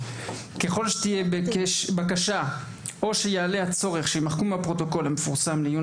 ככל שתהיה בקשה או שיעלה הצורך שיימחקו מהפרוטוקול המפורסם לעיון